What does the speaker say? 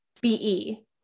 B-E